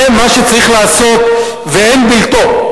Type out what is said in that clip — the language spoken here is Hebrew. זה מה שצריך לעשות ואין בלתו.